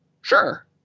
sure